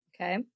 Okay